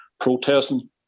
protesting